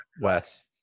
West